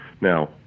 now